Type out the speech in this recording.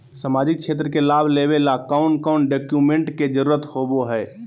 सामाजिक क्षेत्र के लाभ लेबे ला कौन कौन डाक्यूमेंट्स के जरुरत होबो होई?